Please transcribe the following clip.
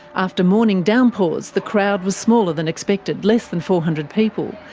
after morning downpours, the crowd was smaller than expected, less than four hundred people,